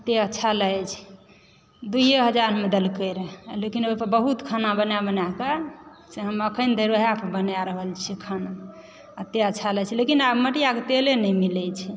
कते अच्छा लागै छै दूइए हजारमे देलकै रहऽ लेकिन ओहि पर बहुत खाना बना बना कए से हम अखन धरि ओएह पर बनाए रहल छी खाना एते अच्छा लागै छै लेकिन आब मटिआके तेले नहि मिलै छै